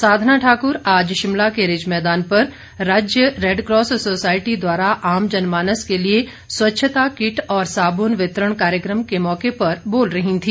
साधना ठाकुर आज शिमला के रिज मैदान पर राज्य रेडक्रॉस सोसाइटी द्वारा आम जनमानस के लिए स्वच्छता किट और साबुन वितरण कार्यक्रम के मौके पर बोल रही थी